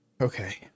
okay